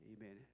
Amen